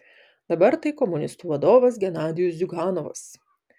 dabar tai komunistų vadovas genadijus ziuganovas